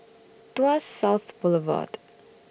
Tuas South Boulevard